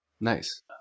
Nice